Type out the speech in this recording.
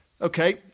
Okay